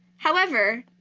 however,